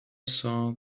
saw